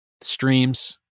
streams